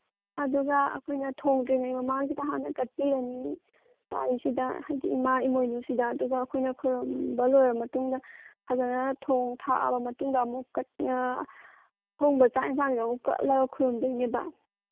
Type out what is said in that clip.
ꯑꯗꯨꯒ ꯑꯩꯈꯣꯏꯅ ꯊꯣꯡꯗ꯭ꯔꯤꯉꯩ ꯃꯃꯥꯡꯁꯤꯗ ꯍꯥꯟꯅ ꯀꯠꯄꯤꯔꯅꯤ ꯂꯥꯏꯁꯤꯗ ꯍꯥꯏꯗꯤ ꯏꯃꯥ ꯏꯃꯣꯏꯅꯨꯁꯤꯗ ꯑꯗꯨꯒ ꯑꯩꯈꯣꯏ ꯈꯨꯔꯨꯝꯕ ꯂꯣꯏꯔꯕ ꯃꯇꯨꯡꯗ ꯐꯖꯅ ꯊꯣꯡ ꯊꯥꯛꯑꯕ ꯃꯇꯨꯡꯗ ꯑꯃꯨꯛ ꯑꯊꯣꯡꯕ ꯆꯥꯛ ꯏꯟꯁꯥꯡꯗꯣ ꯑꯃꯨꯛ ꯀꯠꯂꯒ ꯈꯨꯔꯨꯝꯗꯣꯏꯅꯦꯕ